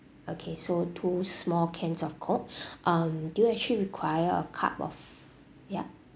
okay so two small cans of coke um do you actually require a cup of yup